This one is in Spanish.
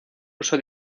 uso